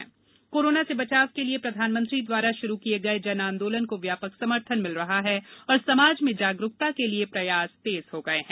जन आंदोलन अपील कोरोना से बचाव के लिए प्रधानमंत्री द्वारा शुरू किये गये जन आंदोलन को व्यापक समर्थन मिल रहा है और समाज में जागरूकता के लिए प्रयास तेज हो गये है